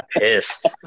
pissed